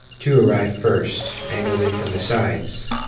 two arrived first, angled in from the sides.